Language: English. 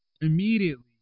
immediately